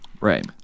Right